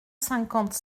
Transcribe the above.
cinquante